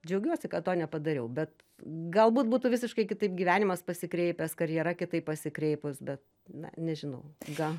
džiaugiuosi kad to nepadariau bet galbūt būtų visiškai kitaip gyvenimas pasikreipęs karjera kitaip pasikreipus bet na nežinau gal